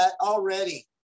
already